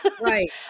Right